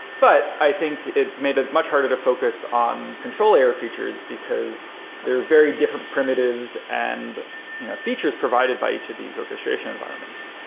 but i think it made it much harder to focus on control air features, because they're very different primitives and features provided by each of these orchestration environments.